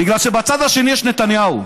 בגלל שבצד השני יש נתניהו.